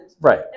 Right